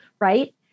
right